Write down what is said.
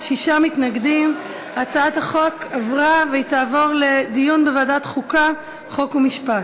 התקבלה, והיא תעבור לוועדת החוקה, חוק ומשפט.